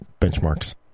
benchmarks